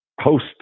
host